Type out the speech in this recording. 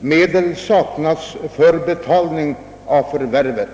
men medel sedermera saknats för inlösen av fastigheten.